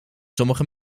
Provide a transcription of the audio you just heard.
sommige